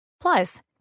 Plus